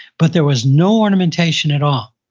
but there was no ornamentation at all.